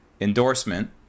endorsement